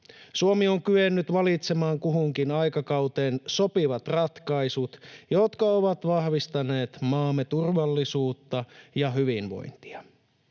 Suomi on kyennyt valitsemaan kuhunkin aikakauteen sopivat ratkaisut, jotka ovat vahvistaneet maamme turvallisuutta ja hyvinvointia.